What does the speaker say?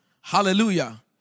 Hallelujah